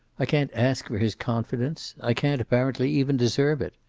i can't ask for his confidence. i can't, apparently, even deserve it.